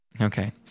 Okay